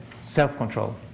Self-control